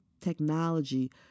technology